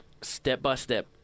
step-by-step